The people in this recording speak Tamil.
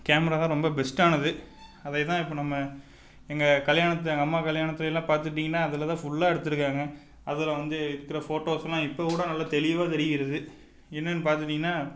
கேமரா தான் ரொம்ப பெஸ்ட்டானது அதையே தான் இப்போ நம்ம எங்கள் கல்யாணத்து எங்கள் அம்மா கல்யாணத்தில் எல்லாம் பார்த்துட்டீங்கன்னா அதில் தான் ஃபுல்லாக எடுத்து இருக்காங்க அதில் வந்து இருக்கிற ஃபோட்டோஸெலாம் இப்போ கூட நல்ல தெளிவாக தெரிகிறது என்னென்னு பார்த்துக்கிட்டீங்கன்னா